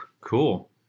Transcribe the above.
Cool